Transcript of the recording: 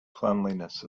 cleanliness